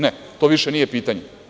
Ne, to više nije pitanje.